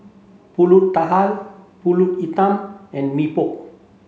Pulut Tatal Pulut Hitam and Mee Pok